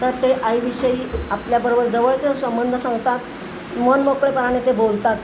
तर ते आईविषयी आपल्याबरोबर जवळचे संबंध सांगतात मनमोकळेपणाने ते बोलतात